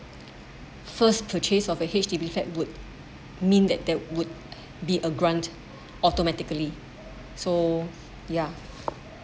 every first purchase of a H_D_B fact would mean that that would be a grant automatically so ya